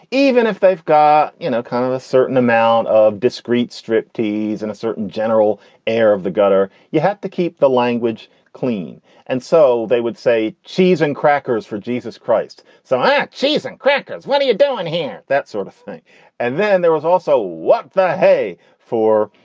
even if they've got, you know, kind of a certain amount of discreet striptease and a certain general air of the gutter. you have to keep the language clean and so they would say cheese and crackers for jesus christ. so i. ah cheese and crackers. what are you doing here? that sort of thing and then there was also what the hay for?